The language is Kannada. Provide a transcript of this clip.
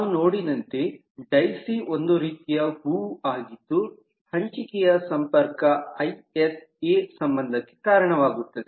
ನಾವು ನೋಡಿದಂತೆ ಡೈಸಿ ಒಂದು ರೀತಿಯ ಹೂವು ಆಗಿದ್ದು ಹಂಚಿಕೆಯ ಸಂಪರ್ಕವು ಐಎಸ್ ಎ IS A ಸಂಬಂಧಕ್ಕೆ ಕಾರಣವಾಗುತ್ತದೆ